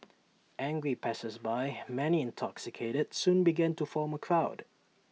angry passersby many intoxicated soon began to form A crowd